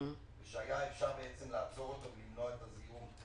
ושהיה אפשר לעצור אותו ולמנוע את הזיהום.